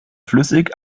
flüssig